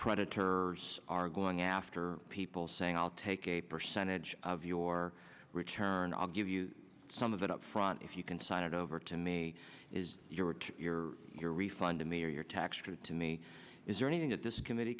predator are going after people saying i'll take a percentage of your return i'll give you some of it upfront if you can sign it over to me is your refund to me or your tax code to me is there anything that this committee